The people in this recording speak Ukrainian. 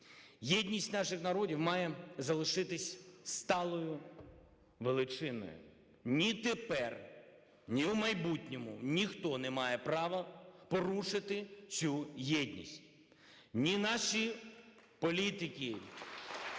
Єдність наших народів має залишитися сталою величиною. Ні тепер, ні в майбутньому ніхто не має права порушити цю єдність – ні наші політики,